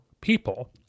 people